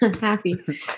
happy